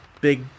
big